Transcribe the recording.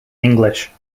english